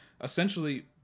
essentially